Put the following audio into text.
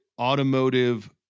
automotive